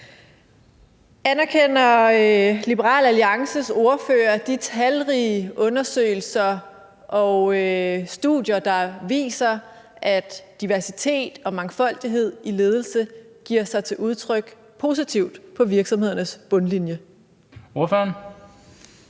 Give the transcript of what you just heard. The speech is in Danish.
Anerkender Liberal Alliances ordfører de talrige undersøgelser og studier, der viser, at diversitet og mangfoldighed i ledelse giver sig positivt til udtryk på virksomhedernes bundlinje? Kl.